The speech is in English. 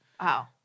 Wow